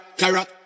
carrot